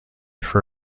for